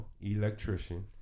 electrician